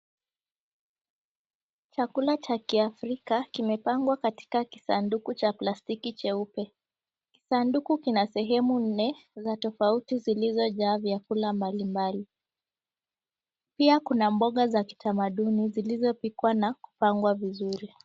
Chakula cha kiafrika kimepangwa katika kisanduku cha plastiki cheupe. Kisanduku kina sehemu nne tofauti zilizijaa vyakula mbali mbali. Pia kuna mboga za kitamaduni zilizopikwa na kupangwa vizuri.